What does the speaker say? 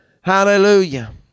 Hallelujah